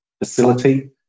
facility